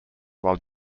while